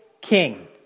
king